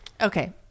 okay